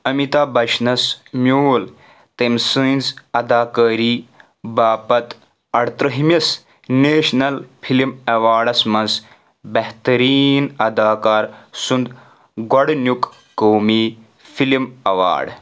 امتاب بچنَس میوٗل تٔمۍ سٕنز اداکٲری باپتھ ارتٕرٚہمِس نیشنل فلِم ایواڈَس منٛز بہتَریٖن اداکار سُند گۄڈنیُک قومی فِلِم ایواڈ